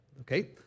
Okay